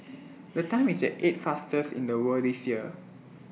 the time is the eighth faster in the world this year